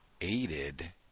aided